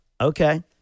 Okay